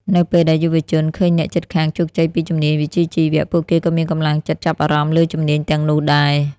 នៅពេលដែលយុវជនឃើញអ្នកជិតខាងជោគជ័យពីជំនាញវិជ្ជាជីវៈ ពួកគេក៏មានកម្លាំងចិត្តចាប់អារម្មណ៍លើជំនាញទាំងនោះដែរ។